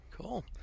cool